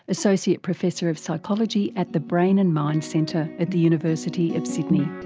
associate professor of psychology at the brain and mind centre at the university of sydney.